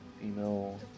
female